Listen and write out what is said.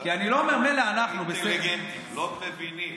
כי אני לא, אינטליגנטים, לא מבינים.